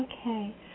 Okay